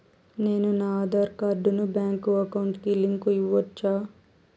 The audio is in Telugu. నేను నా ఆధార్ కార్డును బ్యాంకు అకౌంట్ కి లింకు ఇవ్వొచ్చా?